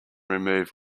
remove